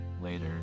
later